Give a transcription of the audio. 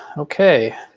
okay.